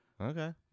Okay